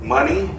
Money